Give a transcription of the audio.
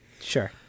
Sure